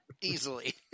Easily